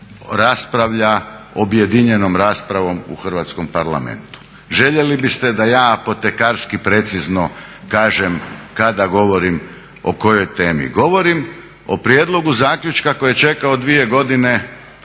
raspravlja objedinjenom raspravom u Hrvatskom parlamentu. Željeli biste da ja apotekarski precizno kažem kada govorim o kojoj temi. Govorim o prijedlogu zaključka koji je čekao 2 godine.